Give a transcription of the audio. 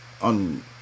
on